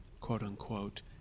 quote-unquote